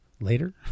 later